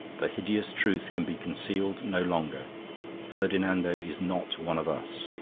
the hideous truth can be concealed no longer ferdinando is not one of us.